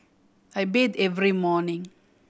I bathe every morning